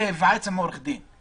או להיוועץ עם עורך דין.